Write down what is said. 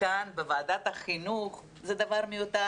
כאן בוועדת החינוך זה דבר מיותר.